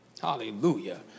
Hallelujah